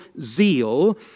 zeal